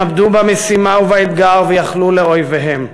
הם עמדו במשימה ובאתגר ויכלו לאויביהם.